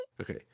Okay